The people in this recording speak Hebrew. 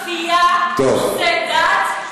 כפייה בנושאי דת, היא לא עובדת.